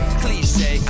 cliche